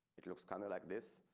it looks kinda like this.